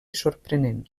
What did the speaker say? sorprenent